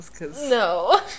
No